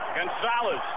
Gonzalez